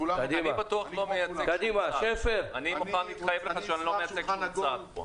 אני מוכן להתחייב לך שאני לא מייצג שום צד פה.